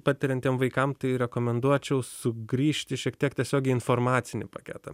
patiriantiem vaikam tai rekomenduočiau sugrįžti šiek tiek tiesiog į informacinį paketą